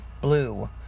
Blue